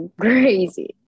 crazy